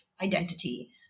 identity